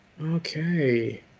Okay